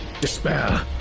despair